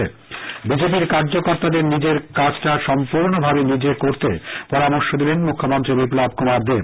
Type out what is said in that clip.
মুখ্যমন্ত্রী বিজেপির কার্যকর্তাদের নিজের কাজটা সম্পর্ণভাবে নিজে করতে পরামর্শ দিলেন মুখ্যমন্ত্রী বিপ্লব কুমার দেব